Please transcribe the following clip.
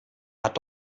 hat